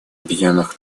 объединенных